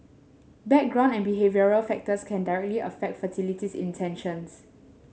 background and behavioural factors can directly affect fertility intentions